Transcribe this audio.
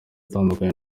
atunganywa